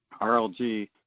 RLG